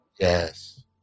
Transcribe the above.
yes